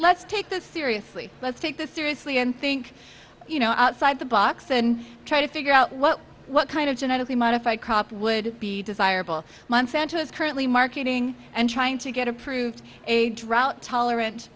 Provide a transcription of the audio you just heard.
let's take this seriously let's take this seriously and think you know outside the box and try to figure out what what kind of genetically modified crops would be desirable monsanto is currently marketing and trying to get approved a drought tolerant